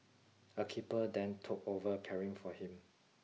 a keeper then took over caring for him